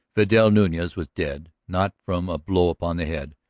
vidal nunez was dead not from a blow upon the head,